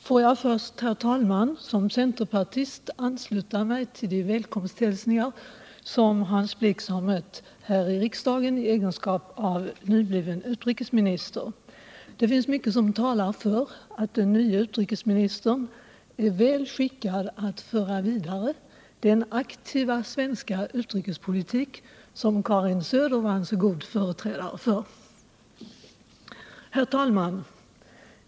Herr talman! Får jag först såsom centerpartist ansluta mig till de välkomsthälsningar som Hans Blix har mött här i riksdagen i egenskap av nybliven utrikesminister. Mycket talar för att den nye utrikesministern är väl skickad att föra vidare den aktiva svenska utrikespolitik som Karin Söder var en så god företrädare för. Herr talman!